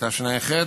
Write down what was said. בתשע"ח,